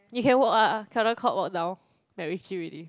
you can walk ah Caldecott walk down MacRitchie already